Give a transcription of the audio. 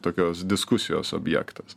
tokios diskusijos objektas